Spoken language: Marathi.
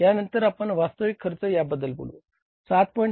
यानंतर आपण वास्तविक खर्च याबद्दल बोलू 7